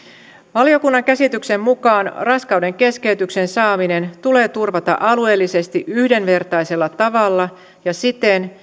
valiokunnan käsityksen mukaan raskaudenkeskeytyksen saaminen tulee turvata alueellisesti yhdenvertaisella tavalla ja siten